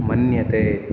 मन्यते